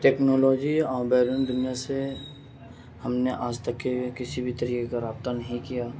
technology اور بیرون دنیا سے ہم نے آج تک کے کسی بھی طریقے کا رابطہ نہیں کیا